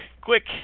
quick